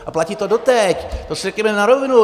A platí to doteď, to si řekněme na rovinu.